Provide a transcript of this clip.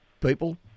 people